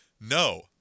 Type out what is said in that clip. no